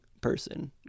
person